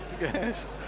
Yes